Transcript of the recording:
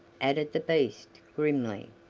added the beast grimly.